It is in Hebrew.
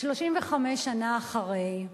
35 שנה אחרי,